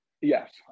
yes